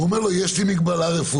אומר לו האדם: יש לי מגבלה רפואית,